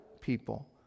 people